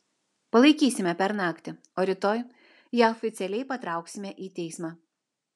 palaikysime per naktį o rytoj ją oficialiai patrauksime į teismą